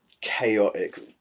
chaotic